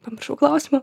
pamiršau klausimą